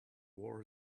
war